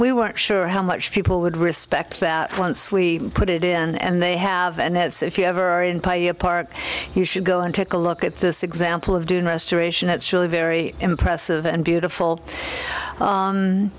we weren't sure how much people would respect that once we put it in and they have and that's if you ever in play a part you should go and take a look at this example of doing restoration that's really very impressive and beautiful